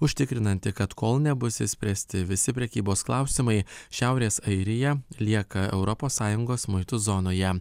užtikrinantį kad kol nebus išspręsti visi prekybos klausimai šiaurės airija lieka europos sąjungos muitų zonoje